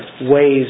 ways